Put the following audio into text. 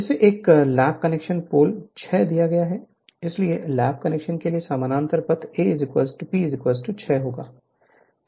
Refer Slide Time 2616 इसे एक lap connected pole 6 दिया गया है इसलिए लैप कनेक्शन के लिए समानांतर पथ A P 6 होगा